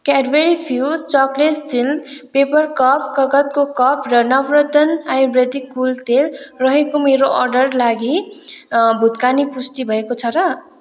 Cadbury fuse chocolate स्लिन paper cup कागतको cup र नवरत्न आयुर्वेदिक कुल तेल रहेको मेरो अर्डर लागि भुक्तानी पुष्टि भएको छ र